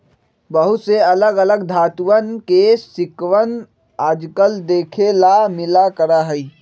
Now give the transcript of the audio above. बहुत से अलग अलग धातुंअन के सिक्कवन आजकल देखे ला मिला करा हई